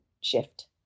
shift